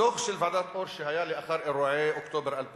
בדוח של ועדת-אור שהיה לאחר אירועי אוקטובר 2000